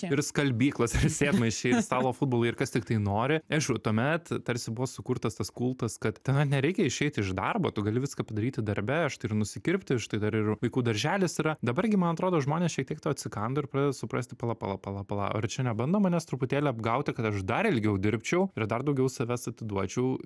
ir skalbyklos ir sėdmaišiai ir stalo futbolai ir kas tiktai nori aišku tuomet tarsi buvo sukurtas tas kultas kad tenai nereikia išeit iš darbo tu gali viską padaryti darbe štai ir nusikirpti štai dar ir vaikų darželis yra dabar gi man atrodo žmonės šiek tiek to atsikando ir pradeda suprasti pala pala pala pala ar čia nebando manęs truputėlį apgauti kad aš dar ilgiau dirbčiau ir dar daugiau savęs atiduočiau